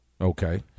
Okay